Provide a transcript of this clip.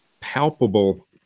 palpable